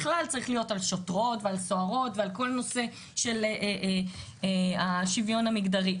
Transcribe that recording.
בכלל צריך להיות על שוטרות ועל סוהרות ועל כל הנושא של השוויון המגדרי,